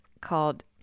called